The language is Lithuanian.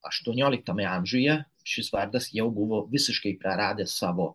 aštuonioliktame amžiuje šis vardas jau buvo visiškai praradęs savo